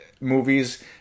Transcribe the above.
movies